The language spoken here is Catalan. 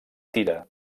tira